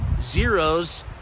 zeros